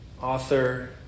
author